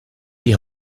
die